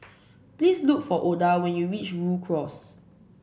please look for Oda when you reach Rhu Cross